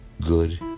good